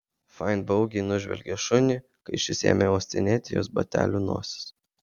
fain baugiai nužvelgė šunį kai šis ėmė uostinėti jos batelių nosis